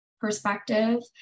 perspective